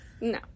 No